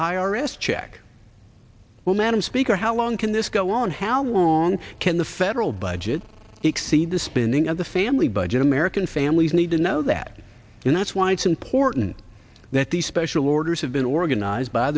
r s check well madam speaker how long can this go on how long can the federal budget exceed the spending of the family budget american families need to know that and that's why it's important that these special orders have been organized by